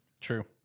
True